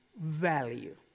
value